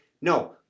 No